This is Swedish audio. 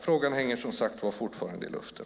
Frågan hänger, som sagt var, fortfarande i luften.